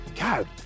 God